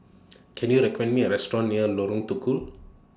Can YOU recommend Me A Restaurant near Lorong Tukol